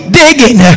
digging